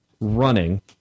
running